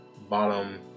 bottom